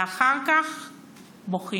ואחר כך בוכים.